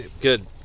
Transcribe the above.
Good